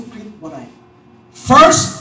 First